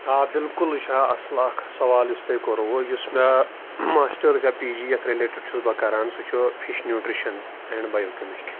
آ بلکل یہِ چھُ آ اَصٕل اَکھ سوال یُس تۄہہِ کوٚروُ یُس مےٚ ماسٹٲرٕز یا پی جی یَتھ رٕلیٹٕڈ چھُس بہٕ کَران سُہ چھُ fish nutrition and bio chemistry